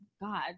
God